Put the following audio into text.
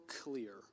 clear